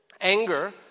anger